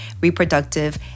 reproductive